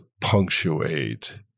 punctuate